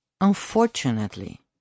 unfortunately